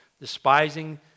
despising